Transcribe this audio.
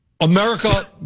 America